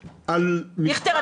--- דיכטר,